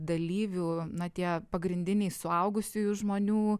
dalyvių na tie pagrindiniai suaugusiųjų žmonių